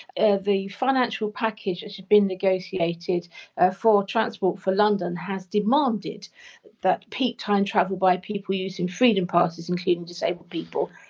ah the financial package which had been negotiated ah for transport for london has demanded that peak time travel by people using freedom passes, including disabled people,